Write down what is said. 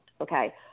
okay